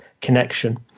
connection